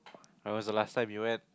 when was the last time you went